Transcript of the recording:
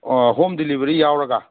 ꯑꯥ home delivery ꯌꯥꯎꯔꯒ